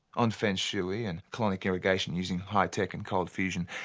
and feng shui and colonic irrigation using high tech and cold fusion.